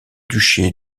duché